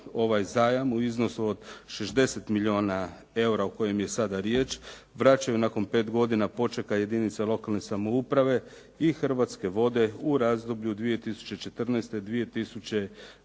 ovaj zajam u iznosu od 60 milijuna eura o kojem je sada riječ, vraćaju nakon pet godina počeka jedinice lokalne samouprave i Hrvatske vode u razdoblju 2014.-2023.